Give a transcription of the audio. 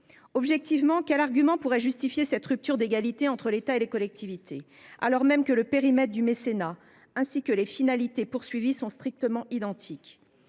Objectivement, quel argument pourrait justifier cette rupture d'égalité entre l'État et les collectivités, alors même que le périmètre du mécénat, ainsi que les finalités visées sont strictement identiques ?